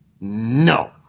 No